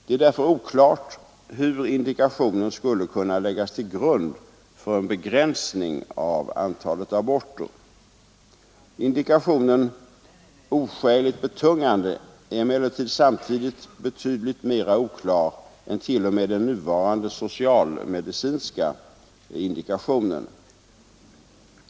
Det är därför oklart hur indikationen skulle kunna läggas till grund för en begränsning av antalet aborter. Indikationen ”oskäligt betungande” är emellertid samtidigt betydligt mera oklar än t.o.m. den nuvarande socialmedicinska indikationen.